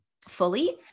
Fully